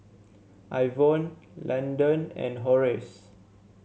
Ivonne Landon and Horace